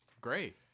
Great